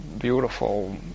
beautiful